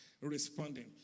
Responding